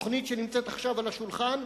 תוכנית שנמצאת עכשיו על השולחן,